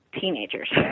teenagers